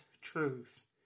truth